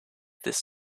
this